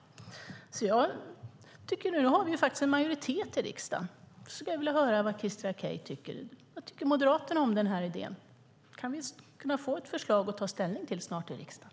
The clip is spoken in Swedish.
Nu har ni en majoritet i riksdagen. Vad tycker Moderaterna om idén, Christer Akej? Kan vi få ett förslag att ta ställning till i riksdagen?